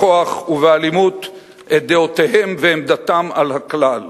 בכוח ובאלימות את דעותיהם ועמדתם על הכלל.